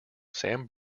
sam